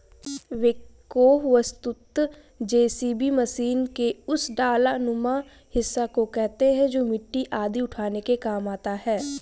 backhoe वस्तुतः JCB machine के उस डालानुमा हिस्सा को कहते हैं जो मिट्टी आदि उठाने के काम आता है